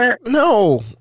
No